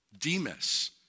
Demas